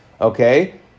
Okay